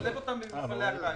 לשלב אותם במפעלי הקיץ.